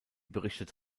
berichtet